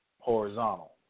horizontal